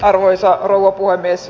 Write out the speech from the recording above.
arvoisa rouva puhemies